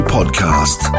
Podcast